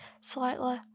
slightly